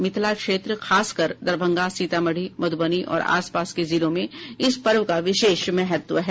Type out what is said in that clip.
मिथिला क्षेत्र खासकर दरभंगा सीतामढी मधुबनी और आस पास के जिलों में इस पर्व का विशेष महत्व है